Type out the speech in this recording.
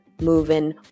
moving